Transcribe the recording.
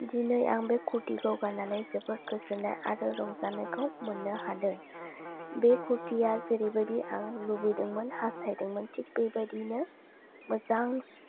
दिनै आं बे कुर्तिखौ गान्नानै जोबोर गोजोननाय आरो रंजानायखौ मोन्नो हादों बे कुर्तिया जेरैबायदि आं